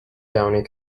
downey